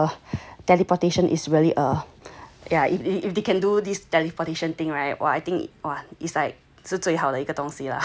ya if they can do this teleportation thing right !wah! I think it's like 是最好的一个东西 lah